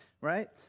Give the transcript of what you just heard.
Right